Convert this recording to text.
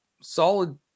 solid